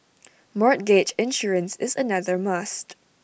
mortgage insurance is another must